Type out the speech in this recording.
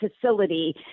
facility